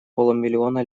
полумиллиона